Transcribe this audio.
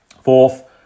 Fourth